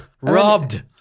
Robbed